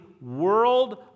world